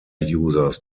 users